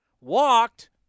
walked